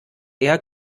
eher